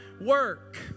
work